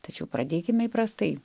tačiau pradėkime įprastai